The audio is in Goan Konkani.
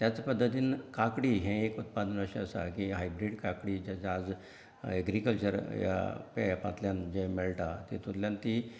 त्याच पध्दतीन काकडी हें एक उत्पादन अशें आसा की हायब्रिड काकडी जें आज एग्रीकल्चर ह्या एपांतल्यान जें मेळटा तेतूंतल्यान तीं